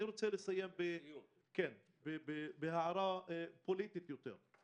אני רוצה לסיים בהערה פוליטית יותר.